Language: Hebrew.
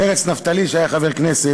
פרץ נפתלי, שהיה חבר כנסת,